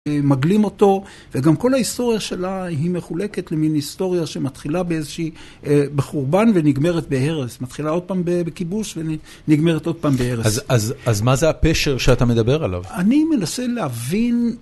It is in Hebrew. מגלים אותו, וגם כל ההיסטוריה שלה היא מחולקת למין היסטוריה שמתחילה באיזושהי בחורבן ונגמרת בהרס. מתחילה עוד פעם בכיבוש ונגמרת עוד פעם בהרס. אז מה זה הפשר שאתה מדבר עליו? אני מנסה להבין...